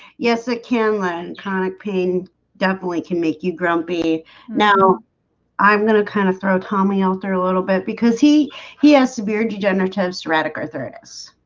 yes, the ah kinlan chronic pain definitely can make you grumpy now i'm gonna kind of throw tommy out there a little bit because he he has severe degenerative cerreta carthoris.